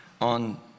on